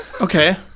Okay